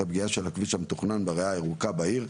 הפגיעה של הכביש המתוכנן בריאה הירוקה בעיר,